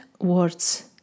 words